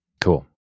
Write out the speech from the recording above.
Cool